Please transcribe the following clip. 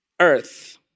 earth